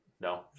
no